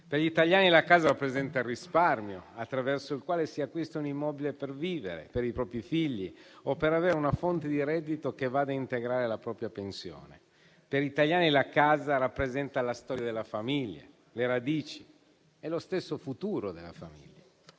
Per gli italiani la casa rappresenta il risparmio attraverso il quale si acquista un immobile per vivere, per i propri figli o per avere una fonte di reddito che vada a integrare la propria pensione; per gli italiani la casa rappresenta la storia della famiglia, le radici e lo stesso futuro della famiglia.